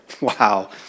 wow